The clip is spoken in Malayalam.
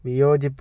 വിയോജിപ്പ്